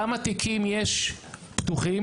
כמה תיקים יש פתוחים